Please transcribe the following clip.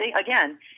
again